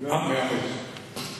מאה אחוז.